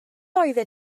oeddet